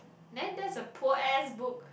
then that's a poor ass book